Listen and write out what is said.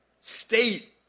state